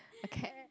a cat